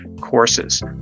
courses